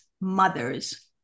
mothers